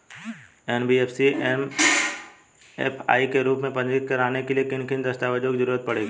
NBFC MFI के रूप में पंजीकृत कराने के लिए किन किन दस्तावेजों की जरूरत पड़ेगी?